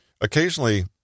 Occasionally